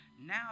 Now